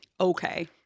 Okay